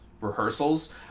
rehearsals